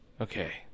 Okay